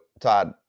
Todd